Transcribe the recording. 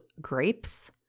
grapes